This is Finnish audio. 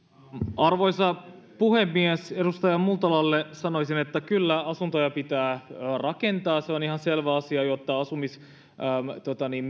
arvoisa puhemies edustaja multalalle sanoisin että kyllä asuntoja pitää rakentaa se on ihan selvä asia jotta asumismenot